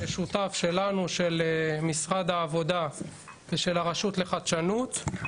כשותף שלנו של משרד העבודה ושל הרשות לחדשנות.